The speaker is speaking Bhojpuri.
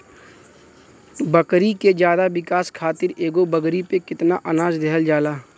बकरी के ज्यादा विकास खातिर एगो बकरी पे कितना अनाज देहल जाला?